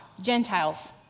Gentiles